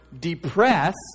depressed